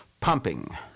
pumping